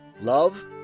love